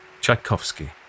Tchaikovsky